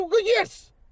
yes